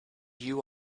you